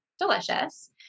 delicious